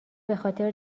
بخاطر